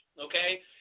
okay